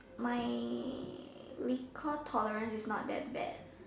my liquor tolerance is not that bad